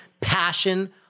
passion